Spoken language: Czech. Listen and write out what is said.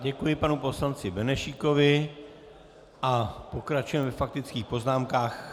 Děkuji panu poslanci Benešíkovi a pokračujeme ve faktických poznámkách.